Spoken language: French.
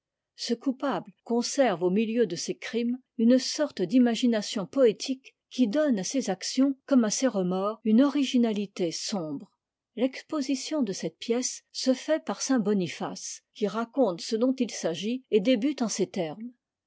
ce coupable conserve au milieu de ses crimes une sorte d'imagination poétique qui donne à ses actions comme à ses remords une originalité sombre l'exposition de cette pièce se fait par saint boniface qui raconte ce dont il s'agit et débute en ces termes